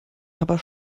aber